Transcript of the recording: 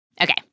Okay